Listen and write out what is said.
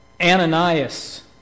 Ananias